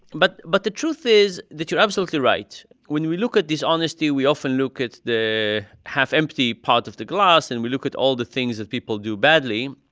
but but the truth is that you're absolutely right. when we look at dishonesty, we often look at the half-empty part of the glass. and we look at all the things that people do badly.